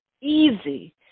easy